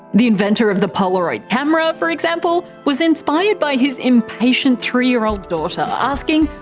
the inventor of the polaroid camera, for example, was inspired by his impatient three year old daughter asking,